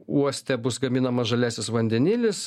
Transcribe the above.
uoste bus gaminamas žaliasis vandenilis